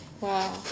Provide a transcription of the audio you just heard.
Wow